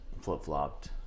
flip-flopped